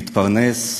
מתפרנס,